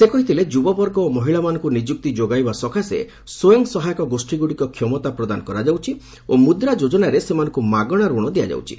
ସେ କହିଥିଲେ ଯୁବବର୍ଗ ଓ ମହିଳାମାନଙ୍କୁ ନିଯୁକ୍ତି ଯୋଗାଇବା ସକାଶେ ସ୍ୱୟଂସହାୟକ ଗୋଷ୍ଠୀଗୁଡିକ କ୍ଷମତା ପ୍ରଦାନ କରାଯାଉଛି ଓ ମୁଦ୍ରା ଯୋଜନାରେ ସେମାନଙ୍କୁ ମାଗଣା ଋଣ ଦିଆଯାଉଛି